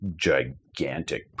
gigantic